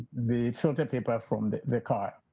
the filter paper from the the car.